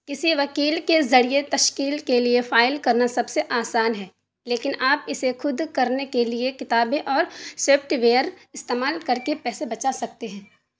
کسی وکیل کے ذریعے تشکیل کے لیے فائل کرنا سب سے آسان ہے لیکن آپ اسے خود کرنے کے لیے کتابیں اور سیپٹ ویئر استعمال کر کے پیسے بچا سکتے ہیں